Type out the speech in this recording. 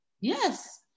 Yes